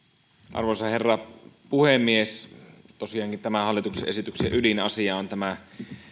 arvoisa herra puhemies tosiaankin tämän hallituksen esityksen ydinasia on tämä